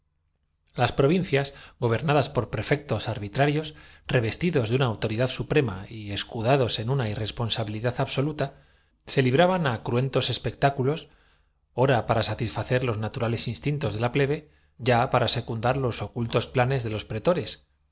las provincias gobernadas por prefectos arbitrarios revestidos de una autoridad suprema y escudados en una irresponsabilidad absoluta se libraban á cruentos espectáculos ora para satisfacerlos naturales instintos de la plebe ya para secundar los ocultos planes délos pretores